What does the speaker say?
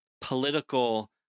political